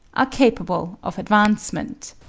are capable of advancement.